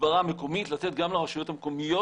הסברה מקומית לתת גם לרשויות המקומיות